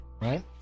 right